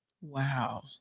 Wow